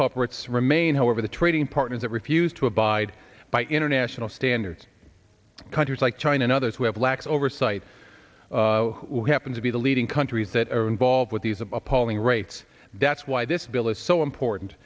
culprits remain however the trading partners that refuse to abide by international standards countries like china and others who have lax oversight will happen to be the leading countries that are involved with these appalling rates that's why this bill is so important